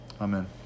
Amen